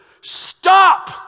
stop